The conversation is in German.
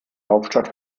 hauptstadt